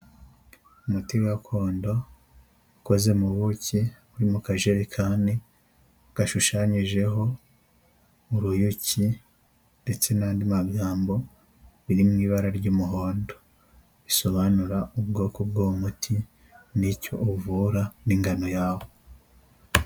Umuti gakondo ukoze mu buki buri mu kajerekani gashushanyijeho uruyuki ndetse n'andi magambo biri mu ibara ry'umuhondo. Bisobanura ubwoko bw'uwo muti n'icyo uvura n'ingano yawo.